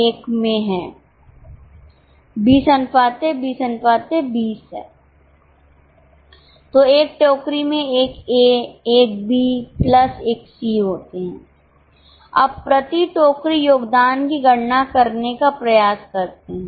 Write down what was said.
तो 1 टोकरी में 1 ए 1 बी प्लस 1 सी होते हैं अब प्रति टोकरी योगदान की गणना करने का प्रयास करते हैं